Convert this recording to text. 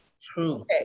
True